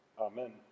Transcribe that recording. Amen